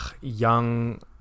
young